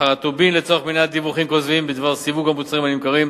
אחר הטובין לצורך מניעת דיווחים כוזבים בדבר סיווג המוצרים הנמכרים,